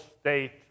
state